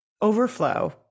overflow